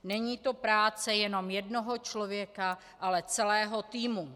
Není to práce jenom jednoho člověka, ale celého týmu.